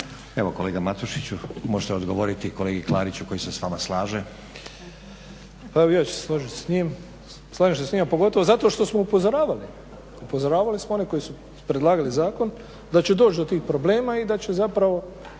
Evo kolega Matušiću možete odgovoriti kolegi Klariću koji se s vama slaže. **Matušić, Frano (HDZ)** Pa evo i ja ću se složit s njim, slažem se s njim a pogotovo zato što smo upozoravali one koji su predlagali zakon da će doći do tih problema i da će zapravo